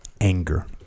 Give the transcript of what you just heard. anger